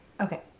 Okay